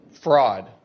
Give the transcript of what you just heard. Fraud